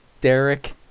Derek